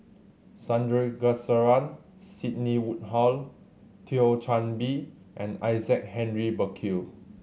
Sandrasegaran Sidney Woodhull Thio Chan Bee and Isaac Henry Burkill